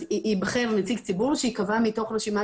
שייבחר נציג ציבור שייקבע מתוך רשימה